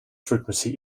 frequency